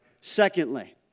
Secondly